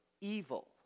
evil